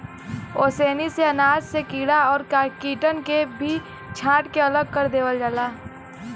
ओसैनी से अनाज से कीड़ा और कीटन के भी छांट के अलग कर देवल जाला